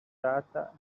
data